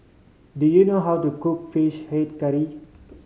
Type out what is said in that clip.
do you know how to cook Fish Head Curry